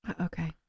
Okay